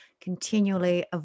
continually